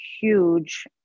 huge